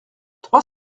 trois